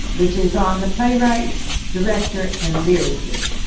which is on the playwright director and lyricists.